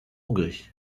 hongrie